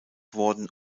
worden